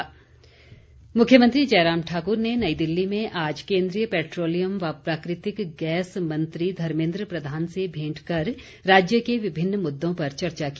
भेंट मुख्यमंत्री जयराम ठाकुर ने नई दिल्ली में आज कोन्द्रीय पैट्रोलियम व प्राकृतिक गैस मंत्री धर्मेद्र प्रधान से भेंट कर राज्य के विभिन्न मुद्दों पर चर्चा की